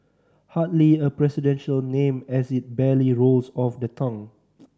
hardly a presidential name as it barely rolls off the tongue